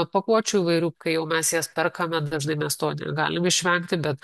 pakuočių įvairių kai jau mes jas perkame dažnai mes to negalim išvengti bet